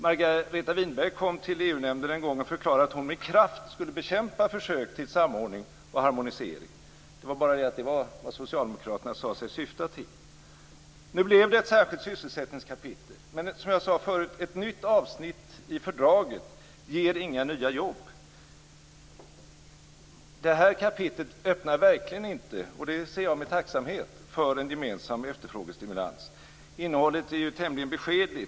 Margareta Winberg kom till EU-nämnden en gång och förklarade att hon med kraft skulle bekämpa försök till samordning och harmonisering. Det var bara det att det var vad Socialdemokraterna sade sig syfta till. Nu blev det ett särskilt sysselsättningskapitel. Men det är som jag sade förut: Ett nytt avsnitt i fördraget ger inga nya jobb. Det här kapitlet öppnar verkligen inte, och det ser jag med tacksamhet på, för en gemensam efterfrågestimulans. Innehållet är ju tämligen beskedligt.